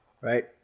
right